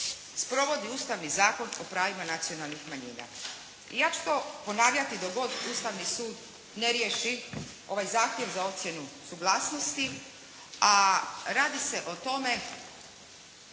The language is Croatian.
sprovodi Ustavni zakon o pravima nacionalnih manjina. I ja ću to ponavljati dok god Ustavni sud ne riješi ovaj zahtjev za ocjenu suglasnosti a radi se o tome